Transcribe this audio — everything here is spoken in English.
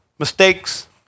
mistakes